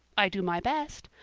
i do my best.